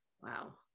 Wow